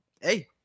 hey